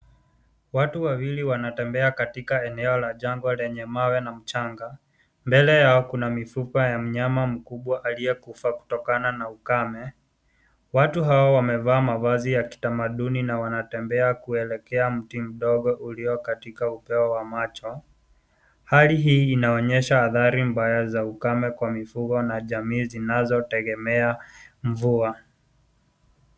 Watu wawili wanatembea katika eneo la jangwa lenye mawe na mchanga. Mbele yao kuna mifupa ya mnyama mkubwa aliyekufa kutokana na ukame. Watu hawa wamevaa mavazi ya kitamaduni na wanatembea kuelekea mti mdogo ulio katika upeo wa macho. Hali inaonyesha hatari mbaya za ukame kwa mifugo jamii zinazotegemea mvua.